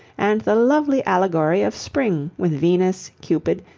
and the lovely allegory of spring with venus, cupid,